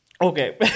Okay